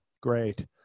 Great